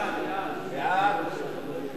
ההצעה להעביר